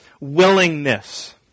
willingness